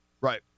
Right